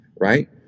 right